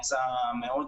הסעיף הזה בצורה הזו?